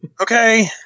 Okay